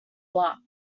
luck